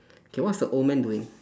K what's the old man doing